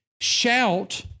shout